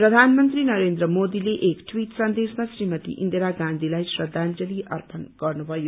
प्रधानमन्त्री नरेन्द्र मोदीले एक ट्वीट सन्देशमा श्रीमती इन्दिरा गाँधीलाई श्रद्धांजलि अर्पण गर्नुभयो